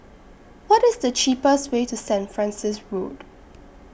What IS The cheapest Way to Saint Francis Road